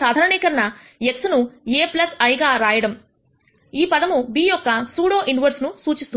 సాధారణీకరణ x ను A I గా రాయడం ఈ పదము b యొక్క సూడో ఇన్వెర్స్ ను సూచిస్తుంది